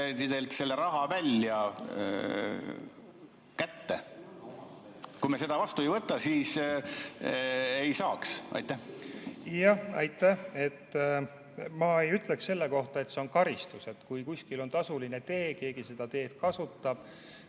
selle raha kätte. Kui me seda vastu ei võta, siis ei saaks. Aitäh! Ma ei ütleks selle kohta, et see on karistus. Kui kuskil on tasuline tee, keegi seda teed kasutab